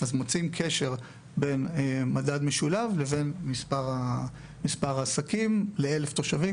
אז מוצאים קשר בין מדד משולב לבין מספר העסקים ל-1,000 תושבים.